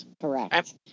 Correct